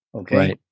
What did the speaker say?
okay